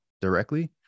directly